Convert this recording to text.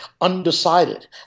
undecided